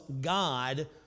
God